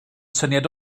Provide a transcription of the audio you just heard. syniad